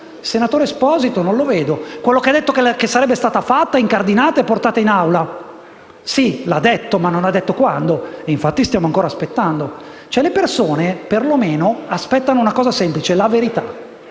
il senatore Stefano Esposito, quello che ha detto che sarebbe stata fatta, incardinata e portata in Aula. Sì, l'ha detto, ma non ha detto quando. Infatti, stiamo ancora aspettando. Le persone perlomeno aspettano una cosa semplice: la verità.